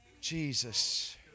Jesus